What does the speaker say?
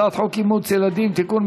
הצעת חוק אימוץ ילדים (תיקון,